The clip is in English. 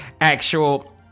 actual